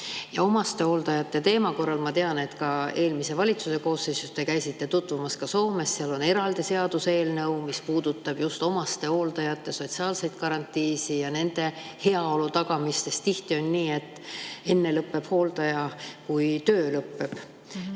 Omastehooldajate teema puhul ma tean, et eelmise valitsuse koosseisus te käisite tutvumas [olukorraga] ka Soomes. Seal on eraldi seaduseelnõu, mis puudutab just omastehooldajate sotsiaalseid garantiisid ja nende heaolu tagamist, sest tihti on nii, et enne lõpeb hooldaja kui töö.